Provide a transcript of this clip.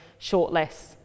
shortlists